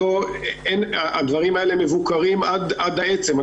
הדברים האלה מבוקרים עד העצם.